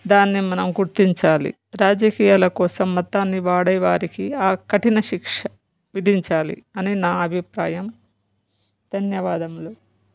దాన్ని మనం గుర్తించాలి రాజకీయాల కోసం మత్తాన్ని వాడేవారికి ఆ కఠిన శిక్ష విధించాలి అని నా అభిప్రాయం ధన్యవాదములు